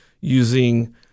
using